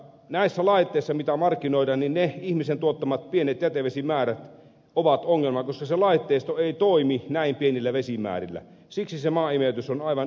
näissä laitteissa mitä markkinoidaan niin ne ihmisen tuottamat pienet jätevesimäärät ovat ongelma koska se laitteisto ei toimi näin pienillä vesimäärillä siksi se maaimeytys on aivan ylivertainen